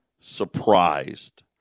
surprised